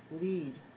lead